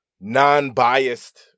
non-biased